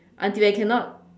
until they cannot